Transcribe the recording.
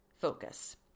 focus